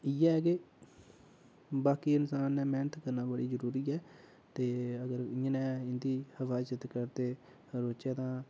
इ'यै ऐ के बाकी इन्सान ने मेह्नत करना बड़ी जरूरी ऐ ते अगर इ'यै नै इं'दी हिफाजत करदे रौह्चे तां